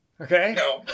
okay